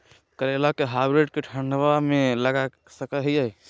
करेला के हाइब्रिड के ठंडवा मे लगा सकय हैय?